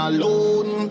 Alone